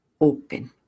open